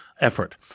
effort